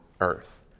earth